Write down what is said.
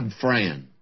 friend